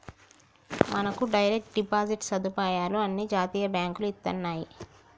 మనకు direct deposit సదుపాయాలు అన్ని జాతీయ బాంకులు ఇత్తన్నాయి